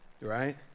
right